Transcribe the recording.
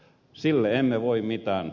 sille emme voi mitään